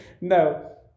no